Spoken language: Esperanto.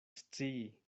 scii